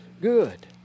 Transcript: good